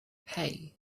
hey